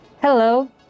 Hello